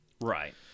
Right